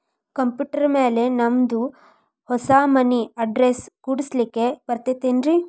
Computer ಮ್ಯಾಲೆ ನಮ್ದು ಹೊಸಾ ಮನಿ ಅಡ್ರೆಸ್ ಕುಡ್ಸ್ಲಿಕ್ಕೆ ಬರತೈತ್ರಿ?